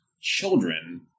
children